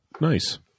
nice